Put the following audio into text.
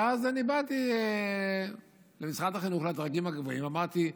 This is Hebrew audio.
ואז באתי במשרד החינוך לדרגים הגבוהים, אמרתי: